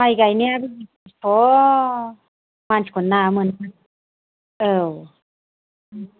माइ गायनायाबो जि खस्थ मानसिखौनो मोननो थाङा औ